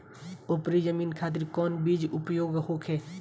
उपरी जमीन खातिर कौन बीज उपयोग होखे?